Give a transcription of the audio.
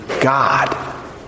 god